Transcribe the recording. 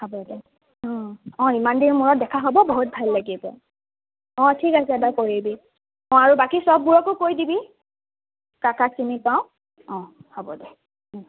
হ'ব এতিয়া অঁ অঁ ইমান দিনৰ মূৰত দেখা হ'ব বহুত ভাল লাগিব অঁ ঠিক আছে এবাৰ কৰিবি অঁ আৰু বাকী চববোৰকো কৈ দিবি কাক কাক চিনি পাওঁ অঁ হ'ব দে ওঁ